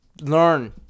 learn